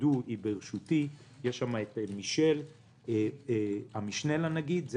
שהיא ברשותי ונמצאת שם גם מישל והמשנה לנגיד בין